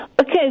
Okay